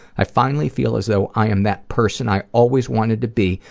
i finally feel as though i am that person i always wanted to be,